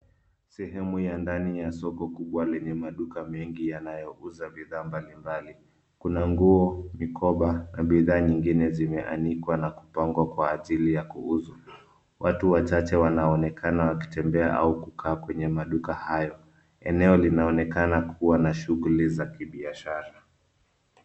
Sehemu ya ndani ya soko kubwa lenye maduka mengi yanayaouza bidhaa mbalimbali. Kuna nguo, mikoba na bidhaa nyingine zimeanikwa na kupangwa kwa ajili ya kuuzwa. Watu wachache wanaonekana wakitembea au kukaa kwenye maduka hayo. Eneo linaonekana kuwa na shughuli za kibiashara.